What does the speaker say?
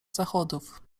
zachodów